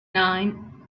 nine